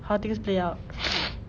how things play out